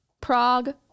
Prague